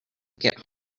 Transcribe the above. get